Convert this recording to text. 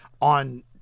on